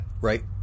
right